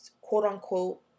quote-unquote